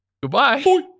Goodbye